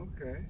Okay